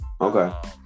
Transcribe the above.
Okay